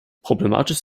problematisch